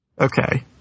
Okay